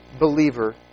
believer